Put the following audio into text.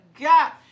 god